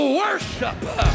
worship